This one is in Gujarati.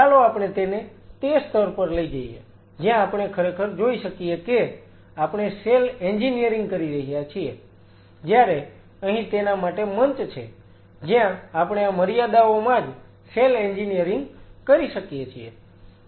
ચાલો આપણે તેને તે સ્તર પર લઈ જઈએ જ્યાં આપણે ખરેખર જોઈ શકીએ કે આપણે સેલ એન્જિનિયરિંગ કરી રહ્યા છીએ જ્યારે અહીં તેના માટે મંચ છે જ્યાં આપણે આ મર્યાદાઓમાં જ સેલ એન્જિનિયરિંગ કરી શકીએ છીએ